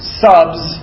subs